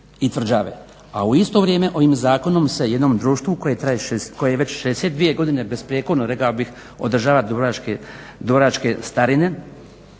i tvrđave, a u isto vrijeme ovim zakonom se jednom društvu koje je već 62 godine besprijekorno rekao bih održava dubrovačku kulturnu